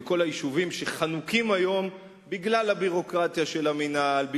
וכל היישובים שחנוקים היום בגלל הביורוקרטיה של המינהל,